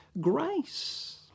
grace